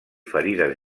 ferides